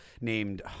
named